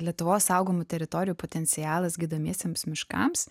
lietuvos saugomų teritorijų potencialas gydomiesiems miškams